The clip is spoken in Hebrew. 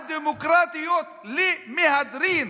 הדמוקרטיות למהדרין